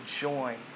join